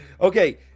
Okay